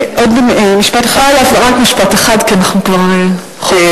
עוד משפט אחד, רק משפט אחד, כי אנחנו כבר חורגים.